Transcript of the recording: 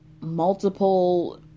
multiple